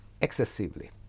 excessively